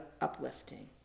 uplifting